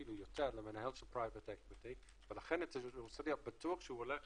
ואפילו יותר ולכן אתה רוצה להיות בטוח שהוא הולך